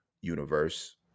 universe